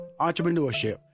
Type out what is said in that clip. entrepreneurship